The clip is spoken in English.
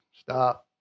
Stop